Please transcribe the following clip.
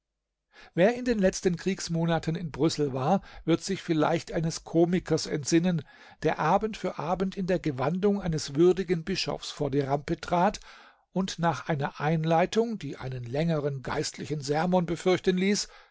wer in den letzten kriegsmonaten in brüssel war wird sich vielleicht eines komikers entsinnen der abend für abend in der gewandung eines würdigen bischofs vor die rampe trat und nach einer einleitung die einen längeren geistlichen sermon befürchten ließ